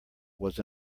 was